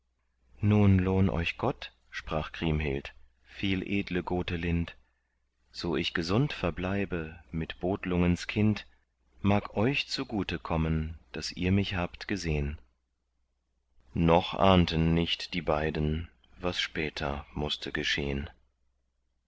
nun lohn euch gott sprach kriemhild viel edle gotelind so ich gesund verbleibe mit botlungens kind mag euch zugute kommen daß ihr mich habt gesehn noch ahnten nicht die beiden was später mußte geschehn